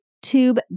tube